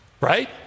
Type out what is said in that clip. right